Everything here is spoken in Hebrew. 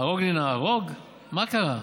"הרגני נא הרג" מה קרה?